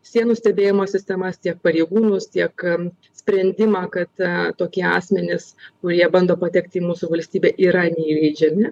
sienų stebėjimo sistemas tiek pareigūnus tiek sprendimą kad tokie asmenys kurie bando patekti į mūsų valstybę yra neįleidžiami